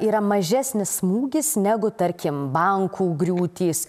yra mažesnis smūgis negu tarkim bankų griūtys